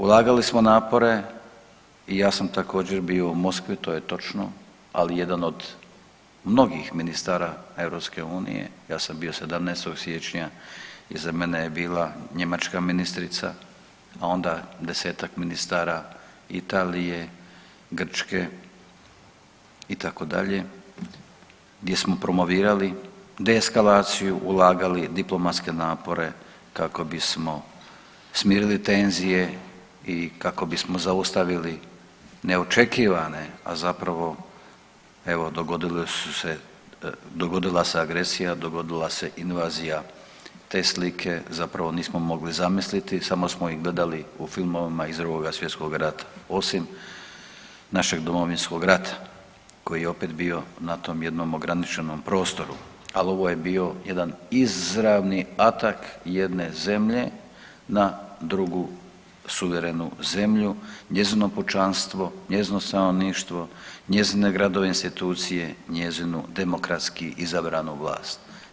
Ulagali smo napore i ja sam također bio u Moskvi, to je točno, ali jedan od mnogih ministara EU, ja sam bio 17. siječnja, iza mene je bila njemačka ministrica, a onda 10-tak ministara Italije, Grčke itd., gdje smo promovirali deskalaciju, ulagali diplomatske napore kako bismo smirili tenzije i kako bismo zaustavili neočekivane, a zapravo evo dogodile su se, dogodila se agresija, dogodila se invazija, te slike zapravo nismo mogli zamisliti samo ih gledali u filmovima iz Drugoga svjetskog rata osim našeg Domovinskog rata koji je opet bio na tom jednom ograničenom prostoru, al ovo je bio jedan izravni atak jedne zemlje na drugu suvremenu zemlju, njezino pučanstvo, njezino stanovništvo, njezine gradove i institucije i njezinu demokratski izabranu vlast.